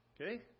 okay